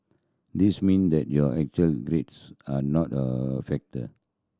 this means that your actual grades are not a factor